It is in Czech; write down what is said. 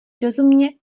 rozumně